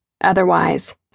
Otherwise